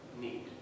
need